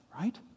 right